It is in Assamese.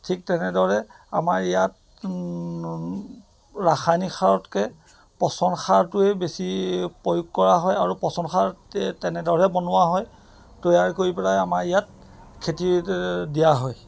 ঠিক তেনেদৰে আমাৰ ইয়াত ৰাসায়নিক সাৰতকৈ পচন সাৰটোৱেই বেছি প্ৰয়োগ কৰা হয় আৰু পচন সাৰ তেনেদৰে বনোৱা হয় তৈয়াৰ কৰি পেলাই আমাৰ ইয়াত খেতিত দিয়া হয়